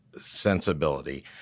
sensibility